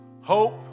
hope